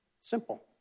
Simple